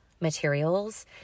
materials